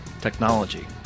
technology